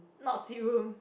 not sea room